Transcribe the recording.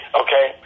okay